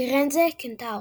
פירנזה – קנטאור.